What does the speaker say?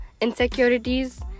insecurities